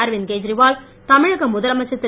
அரவிந்த் கேஜரிவால் தமிழக முதலமைச்சர் திரு